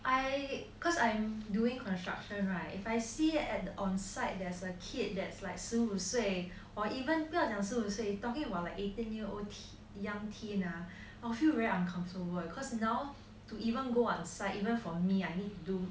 I cause I'm doing construction right if I see on site there's a kid that's like 十五岁 or even 不要讲十五岁 talking about the eighteen year old young teen ah I feel very uncomfortable cause now to even go on site even for me I need to do